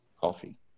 Coffee